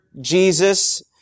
Jesus